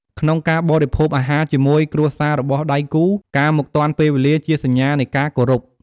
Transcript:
ក្នុងការបូរិភោគអាហារជាមួយគ្រួសាររបស់ដៃគូ ការមកទាន់ពេលវេលាជាសញ្ញានៃការគោរព។